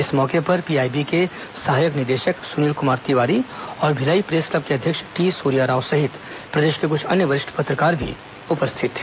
इस अवसर पर पीआईबी के सहायक निदेशक सुनील कुमार तिवारी और भिलाई प्रेस क्लब के अध्यक्ष टी सूर्याराव सहित प्रदेश के कुछ अन्य वरिष्ठ पत्रकार भी उपस्थित थे